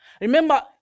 Remember